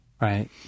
right